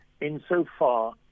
insofar